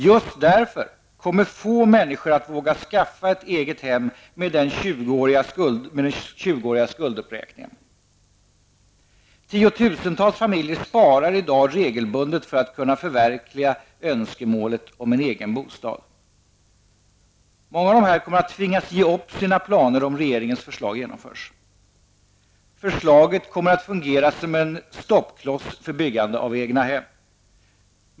Just därför kommer få människor att våga skaffa ett eget hem med den 20-åriga skulduppräkningen. Tiotusentals familjer sparar i dag regelbundet för att kunna förverkliga önskemålet om en egen bostad. Många av dessa kommer att tvingas ge upp sina planer om regeringens förslag genomförs. Förslaget kommer att fungera som en stoppkloss för byggande av egnahem.